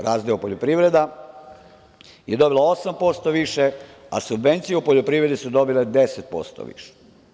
Razdeo poljoprivreda je dobio 8% više, a subvencije u poljoprivredi su dobile 10% više.